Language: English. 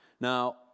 Now